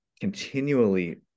continually